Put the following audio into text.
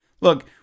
Look